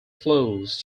flows